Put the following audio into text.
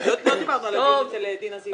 לא דיברנו על הדיון של דינה זילבר.